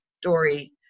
story